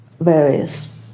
various